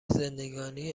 زندگانی